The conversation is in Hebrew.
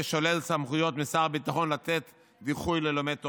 ששולל סמכויות משר הביטחון לתת דיחוי ללומד תורה,